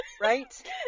Right